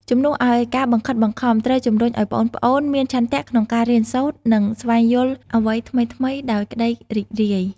ជំនួសឲ្យការបង្ខិតបង្ខំ ត្រូវជំរុញឲ្យប្អូនៗមានឆន្ទៈក្នុងការរៀនសូត្រ និងស្វែងយល់អ្វីថ្មីៗដោយក្តីរីករាយ។